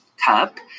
cup